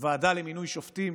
ועדה למינוי שופטים